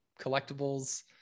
collectibles